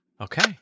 Okay